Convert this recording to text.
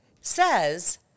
Says